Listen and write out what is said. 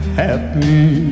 happy